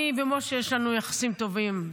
אני ומשה, יש לנו יחסים טובים.